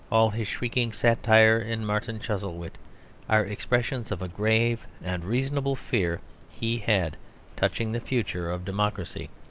all his shrieking satire in martin chuzzlewit are expressions of a grave and reasonable fear he had touching the future of democracy.